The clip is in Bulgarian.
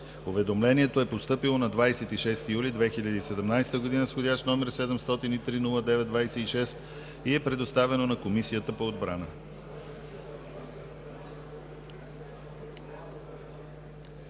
Уведомлението е постъпило на 26 юли 2017 г. с вх. № 703-09-26 и е предоставено на Комисията по отбрана.